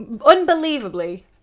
unbelievably